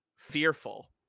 fearful